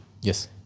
Yes